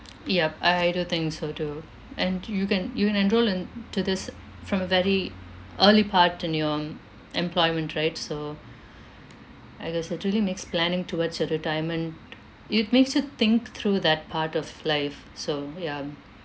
yup I do think so too and you can you can enrol into this from a very early part in your employment right so I guess it really makes planning towards your retirement it makes you think through that part of life so ya